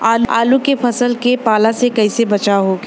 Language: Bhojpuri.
आलू के फसल के पाला से कइसे बचाव होखि?